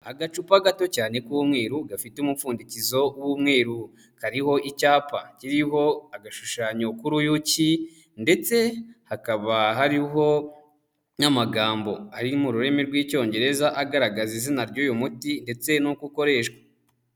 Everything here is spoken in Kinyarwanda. Agacupa gato cyane k'umweru gafite umupfundikizo w'umweru, kariho icyapa kiriho agashushanyo k'uruyuki ndetse hakaba hariho n'amagambo ari mu rurimi rw'Icyongereza agaragaza izina ry'uyu muti ndetse n'uko ukoreshwa.